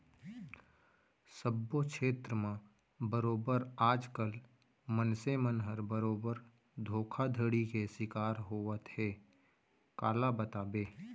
सब्बो छेत्र म बरोबर आज कल मनसे मन ह बरोबर धोखाघड़ी के सिकार होवत हे काला बताबे